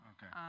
Okay